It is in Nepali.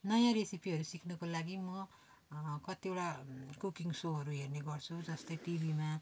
नयाँ रेसिपीहरू सिक्नुको लागि म कतिवटा कुकिङ सोहरू हेर्ने गर्छु जस्तै टिभीमा